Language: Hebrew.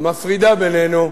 המפרידה בינינו,